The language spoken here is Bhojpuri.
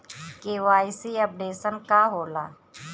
के.वाइ.सी अपडेशन का होला?